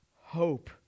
Hope